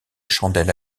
chandelle